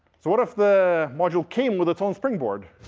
so what if the module came with its own springboard?